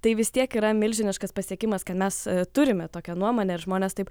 tai vis tiek yra milžiniškas pasiekimas kad mes turime tokią nuomonę ir žmonės taip